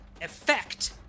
effect